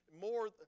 More